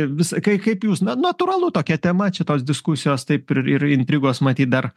visa kai kaip jūs na natūralu tokia tema čia tos diskusijos taip ir ir intrigos matyt dar